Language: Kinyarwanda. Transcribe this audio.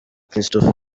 christopher